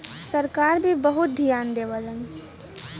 सरकार भी बहुत धियान देवलन